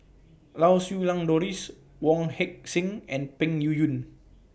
Lau Siew Lang Doris Wong Heck Sing and Peng Yuyun